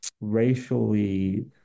racially